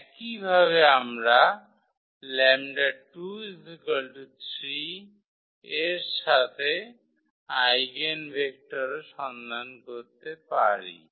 একইভাবে আমরা 𝜆2 3 এর সাথে আইগেনভেক্টরও সন্ধান করতে পারি